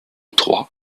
trois